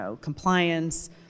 compliance